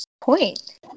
point